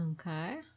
Okay